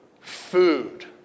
food